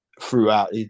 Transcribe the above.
Throughout